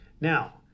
now